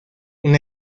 una